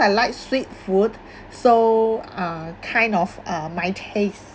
I like sweet food so uh kind of uh my taste